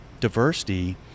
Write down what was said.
diversity